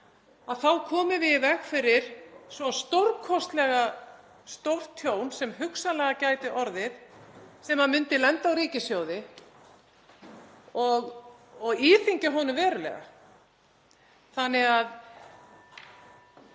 þá komum við í veg fyrir svo stórkostlega stórt tjón sem hugsanlega gæti orðið, sem myndi lenda á ríkissjóði og íþyngja honum verulega. Kostnaður